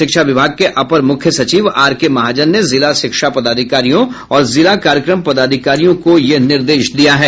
शिक्षा विभाग के अपर मुख्य सचिव आर के महाजन ने जिला शिक्षा पदाधिकारियों और जिला कार्यक्रम पदाधिकारियों को यह निर्देश दिया है